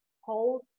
hold